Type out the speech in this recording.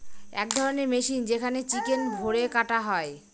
এক ধরণের মেশিন যেখানে চিকেন ভোরে কাটা হয়